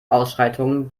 ausschreitungen